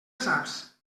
saps